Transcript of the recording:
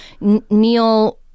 Neil